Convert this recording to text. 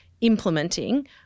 implementing